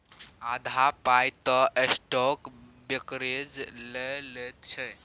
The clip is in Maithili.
आधा पाय तँ स्टॉक ब्रोकरेजे लए लैत छै